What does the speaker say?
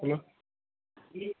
hello